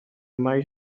might